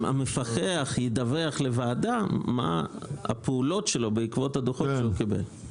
המפקח ידווח לוועדה מה הפעולות שלו בעקבות הדוחות שהוא קיבל.